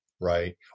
Right